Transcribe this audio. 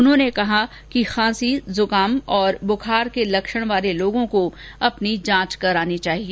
उन्होंने कहा कि खांसी जुकाम और बुखार लक्षण वाले लोगों को अपनी जांच करानी चाहिए